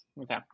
Okay